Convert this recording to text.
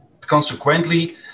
consequently